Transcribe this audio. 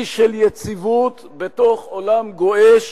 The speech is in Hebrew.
אי של יציבות בתוך עולם גועש,